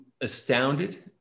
astounded